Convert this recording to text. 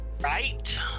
Right